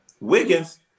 Wiggins